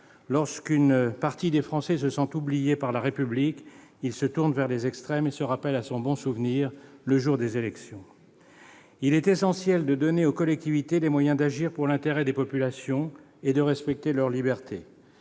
Lorsqu'une partie des Français se sentent oubliés par la République, ils se tournent vers les extrêmes et se rappellent à son bon souvenir le jour des élections. Il est essentiel de donner aux collectivités les moyens d'agir pour l'intérêt des populations et de respecter leurs libertés.